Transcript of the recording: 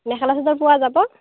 মেখেলা চাদৰ পোৱা যাব